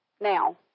Now